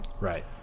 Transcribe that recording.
Right